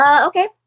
Okay